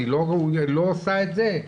אני לא עושה את זה,